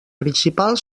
principal